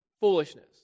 foolishness